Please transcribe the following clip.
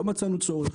לא מצאנו צורך.